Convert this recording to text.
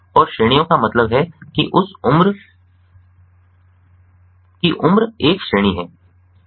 और श्रेणियों का मतलब है कि उम्र एक श्रेणी है